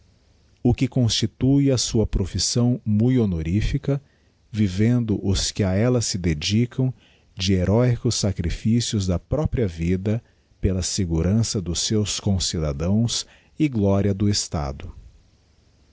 o que constitue a sua profissão mui honorifica vivendo os que a ella se dedicam de heróicos sacrificios da própria vida pela segurança dos seus concidadãos e gloria do estado